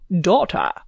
daughter